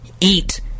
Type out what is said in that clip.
eat